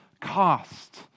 cost